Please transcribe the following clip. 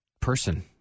person